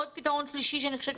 פתרון שלישי שאני חושבת שכדאי,